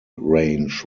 range